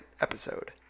episode